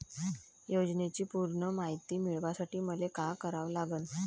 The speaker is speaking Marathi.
योजनेची पूर्ण मायती मिळवासाठी मले का करावं लागन?